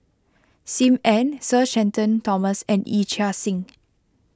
Sim Ann Sir Shenton Thomas and Yee Chia Hsing